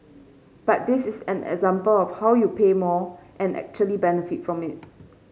but this is an example of how you pay more and actually benefit from it